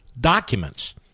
documents